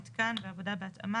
מיתקן ועבודה בהתאמה),